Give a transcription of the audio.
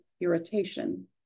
irritation